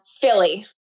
philly